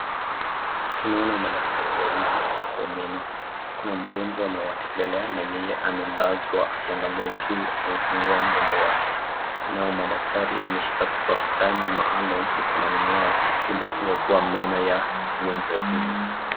Tunaona madaktari wawili, wa meno, kuna mgonjwa amewatembelea na yeye amelazwa akiangalia juu amefungua mdomo wake. Nao madaktari wameshika vifaa fulani maalum mikononi mwao ili kung'okua meno ya mgonjwa huyu.